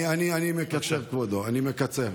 אני מקצר,